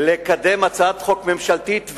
לקדם הצעת חוק ממשלתית,